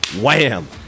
wham